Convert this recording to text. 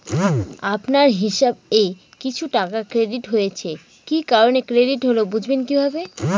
আপনার হিসাব এ কিছু টাকা ক্রেডিট হয়েছে কি কারণে ক্রেডিট হল বুঝবেন কিভাবে?